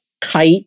kite